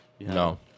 No